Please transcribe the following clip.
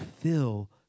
fill